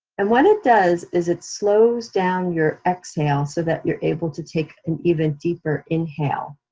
and what it does is it slows down your exhale so that you're able to take an even deeper inhale.